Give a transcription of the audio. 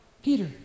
Peter